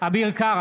אביר קארה,